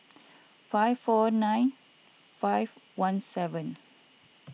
five four nine five one seven